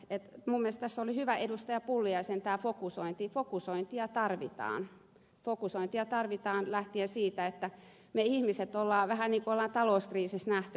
pulliaisen fokusointi oli hyvä että fokusointia tarvitaan lähtien siitä että me ihmiset olemme ahneita vähän niin kuin on talouskriisissä nähty